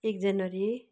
एक जनवरी